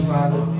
Father